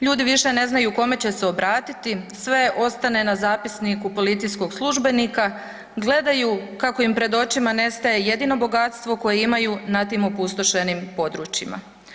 Ljudi više ne znaju kome će se obratiti sve ostane na zapisniku policijskog službenika, gledaju kako im pred očima nestaje jedino bogatstvo koje imaju na tim opustošenim područjima.